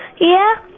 yeah.